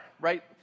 right